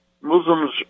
Muslims